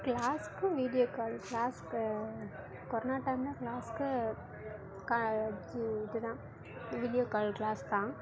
கிளாஸ்க்கும் video call கிளாஸ்க்கு corona டைம்மில் கிளாஸ்க்கு கா இது தான் வீடியோ கால் கிளாஸ் தான்